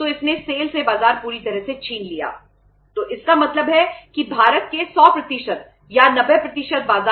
50 या 60 बाजार